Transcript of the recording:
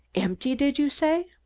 empty, did you say?